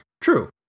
True